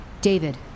David